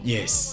Yes